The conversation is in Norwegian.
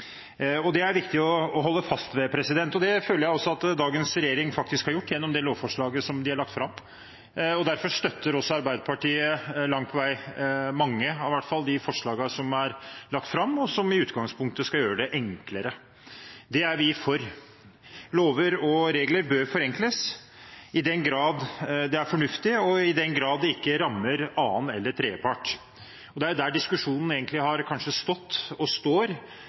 forhold. Det er viktig å holde fast ved, og det føler jeg også at dagens regjering faktisk har gjort gjennom det lovforslaget som den har lagt fram. Derfor støtter også Arbeiderpartiet langt på vei mange av de forslagene som er lagt fram, og som i utgangspunktet skal gjøre det enklere. Det er vi for. Lover og regler bør forenkles, i den grad det er fornuftig, og i den grad det ikke rammer annen eller tredje part. Det er der diskusjonen egentlig har stått og står